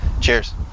Cheers